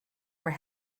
were